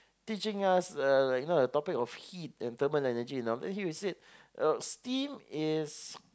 teaching us uh like you know the topic of heat and thermal energy and after that then he will say uh steam is